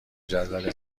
جدول